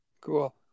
cool